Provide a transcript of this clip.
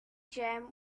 gem